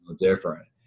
different